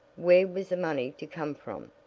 where was the money to come from,